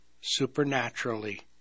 supernaturally